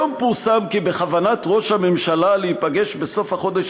היום פורסם כי בכוונת ראש הממשלה להיפגש בסוף החודש